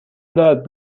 دارد